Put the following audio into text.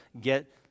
get